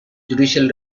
judicial